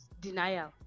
denial